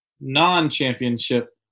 non-championship